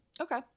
okay